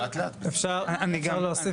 אני יכול להוסיף